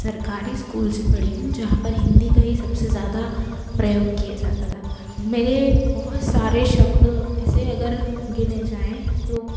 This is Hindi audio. सरकारी स्कूल से पढ़ी हूँ जहाँ पर हिंदी का ही सबसे ज़्यादा प्रयोग किया जाता था मेरे बहुत सारे शब्द ऐसे अगर गिने जाएँ तो